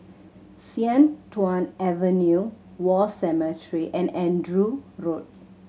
Sian Tuan Avenue War Cemetery and Andrew Road